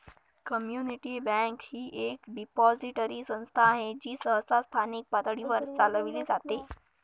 community bank ही एक depository संस्था आहे जी सहसा स्थानिक पातळीवर चालविली जाते